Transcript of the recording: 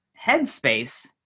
headspace